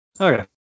Okay